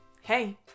hey